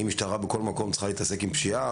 אם המשטרה בכל מקום צריכה להתעסק עם פשיעה,